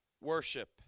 worship